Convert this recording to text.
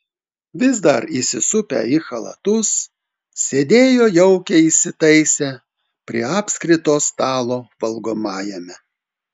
vis dar įsisupę į chalatus sėdėjo jaukiai įsitaisę prie apskrito stalo valgomajame